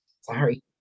Sorry